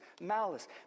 malice